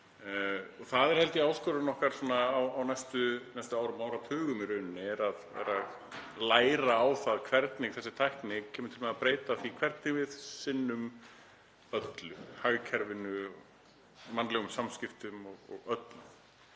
Það er held ég áskorun okkar á næstu árum og áratugum, að læra á það hvernig þessi tækni kemur til með að breyta því hvernig við sinnum öllu; hagkerfinu, mannlegum samskiptum og öllu.